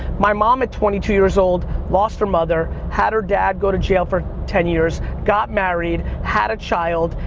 my mom, at twenty two years old, lost her mother, had her dad go to jail for ten years, got married, had a child,